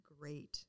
great